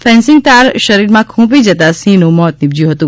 fencing તાર શરીરમાં ખૂપી જતા સિંહનું મોત નિપજ્યું હતું